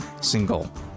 single